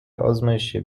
آزمایشی